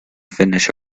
finish